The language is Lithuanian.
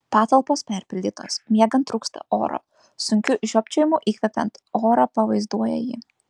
patalpos perpildytos miegant trūksta oro sunkiu žiopčiojimu įkvepiant orą pavaizduoja ji